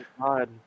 God